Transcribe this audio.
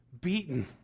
beaten